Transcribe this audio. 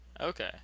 okay